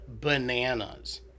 bananas